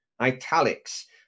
italics